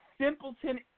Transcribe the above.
simpleton